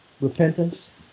repentance